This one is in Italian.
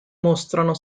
mostrano